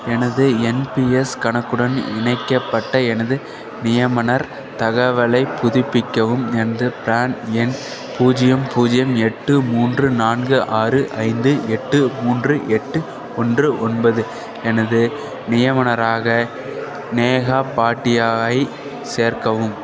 எனது N P S கணக்குடன் இணைக்கப்பட்ட எனது நியமனர் தகவலைப் புதுப்பிக்கவும் எனது ப்ரான் எண் பூஜ்ஜியம் பூஜ்ஜியம் எட்டு மூன்று நான்கு ஆறு ஐந்து எட்டு மூன்று எட்டு ஒன்று ஒன்பது எனது நியமனராக நேஹா பாட்டியாவைச் சேர்க்கவும்